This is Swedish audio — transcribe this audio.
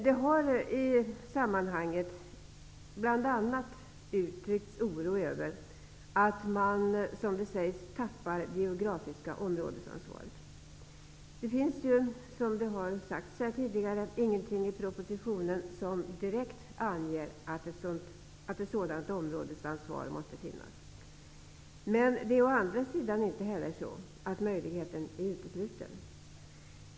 Det har i sammanhanget uttryckts oro över bl.a. att man, som det sägs, tappar det geografiska områdesansvaret. Det finns ju, som har sagts här tidigare, ingenting i propositionen som direkt anger att ett sådant områdesansvar måste finnas. Men det är å andra sidan inte heller på det sättet att möjligheten är utesluten.